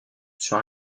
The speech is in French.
sur